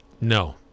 No